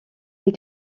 des